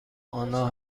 آنا